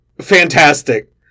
fantastic